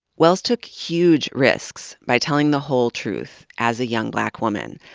wells took huge risks by telling the whole truth as a young black woman,